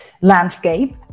landscape